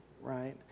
right